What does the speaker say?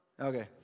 Okay